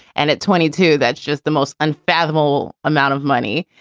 and at twenty two, that's just the most unfathomable amount of money.